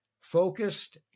focused